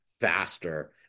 faster